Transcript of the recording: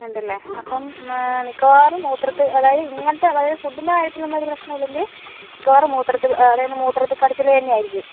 ഉണ്ടല്ലേ അപ്പം മിക്കവാറും മൂത്രത്തിൽ അതായത് ഇങ്ങനത്തെ അതായത് ഫുഡിൻ്റെ കാര്യത്തിൽ ഒന്നും ഒരു പ്രശ്നവും ഇല്ലെങ്കിൽ മിക്കവാറും മൂത്രത്തിൽ അതായത് മൂത്രത്തിൽ കടച്ചിൽ തന്നെയായിരിക്കും